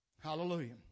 Hallelujah